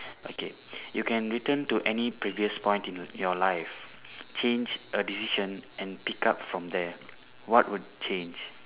okay you can return to any previous point in your life change a decision and pick up from there what will change